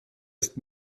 ist